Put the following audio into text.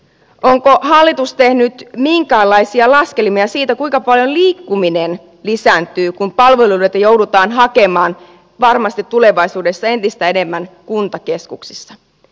onko hallitus tehnyt minkäänlaisia laskelmia siitä kuinka paljon liikkuminen lisääntyy kun palveluita varmasti joudutaan hakemaan tulevaisuudessa entistä enemmän kuntakeskuksista